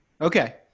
okay